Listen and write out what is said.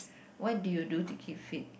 what do you do to keep fit